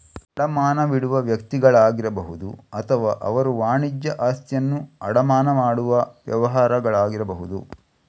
ಅಡಮಾನವಿಡುವ ವ್ಯಕ್ತಿಗಳಾಗಿರಬಹುದು ಅಥವಾ ಅವರು ವಾಣಿಜ್ಯ ಆಸ್ತಿಯನ್ನು ಅಡಮಾನ ಮಾಡುವ ವ್ಯವಹಾರಗಳಾಗಿರಬಹುದು